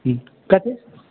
हूँ काटी